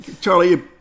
Charlie